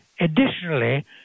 additionally